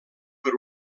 per